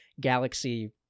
galaxy